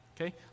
Okay